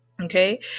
okay